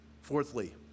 Fourthly